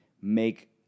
make